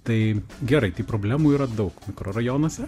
tai gerai problemų yra daug mikrorajonuose